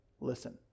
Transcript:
listen